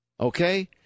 Okay